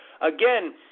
again